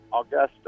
Augusta